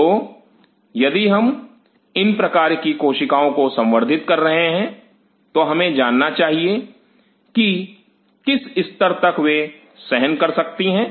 तो यदि हम इन प्रकार की कोशिकाओं को संवर्धित कर रहे हैं तो हमें जानना चाहिए कि किस स्तर तक वे सहन कर सकती हैं